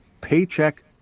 paycheck